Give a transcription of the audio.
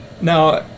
Now